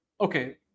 Okay